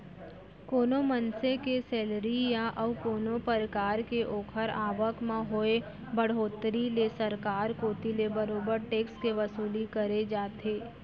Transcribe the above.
कोनो मनसे के सेलरी या अउ कोनो परकार के ओखर आवक म होय बड़होत्तरी ले सरकार कोती ले बरोबर टेक्स के वसूली करे जाथे